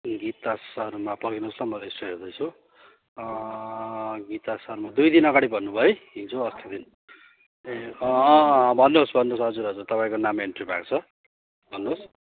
गीता शर्मा पर्खिनुहोस् ल म रेजिस्टर हेर्दैछु गीता शर्मा दुई दिन अगाडि भन्नुभयो है हिजो अस्तिको दिन ए अँ अँ अँ भन्नुहोस् भन्नुहोस् तपाईँको नाम एन्ट्री भएको छ भन्नुहोस्